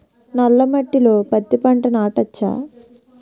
నల్ల మట్టిలో పత్తి పంట నాటచ్చా?